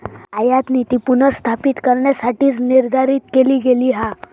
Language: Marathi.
आयातनीती पुनर्स्थापित करण्यासाठीच निर्धारित केली गेली हा